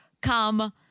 come